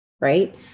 Right